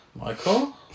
Michael